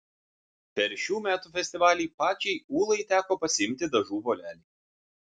per šių metų festivalį pačiai ūlai teko pasiimti dažų volelį